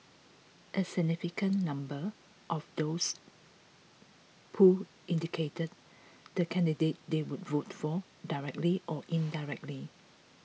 a significant number of those polled indicated the candidate they would vote for directly or indirectly